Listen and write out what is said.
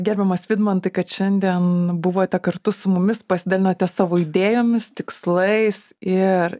gerbiamas vidmantai kad šiandien buvote kartu su mumis pasidalinote savo idėjomis tikslais ir